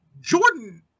Jordan